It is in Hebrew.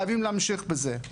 חייבים להמשיך בזה.